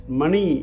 Money